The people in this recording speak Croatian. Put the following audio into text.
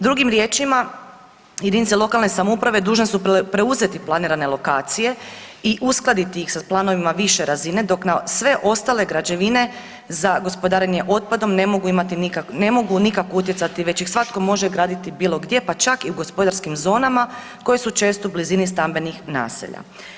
Drugim riječima, jedinice lokalne samouprave dužne su preuzeti planirane lokacije i uskladiti ih sa planovima više razine dok na sve ostale građevine za gospodarenje otpadom ne mogu nikako utjecati već ih svatko može graditi bilo gdje pa čak i u gospodarskim zonama koje su često u blizini stambenih naselja.